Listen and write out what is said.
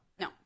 no